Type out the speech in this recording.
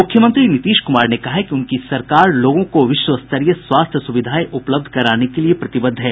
मुख्यमंत्री नीतीश कुमार ने कहा है कि उनकी सरकार लोगों को विश्व स्तरीय स्वास्थ्य सुविधाएं उपलब्ध कराने के लिये प्रतिबद्ध है